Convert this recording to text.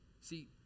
See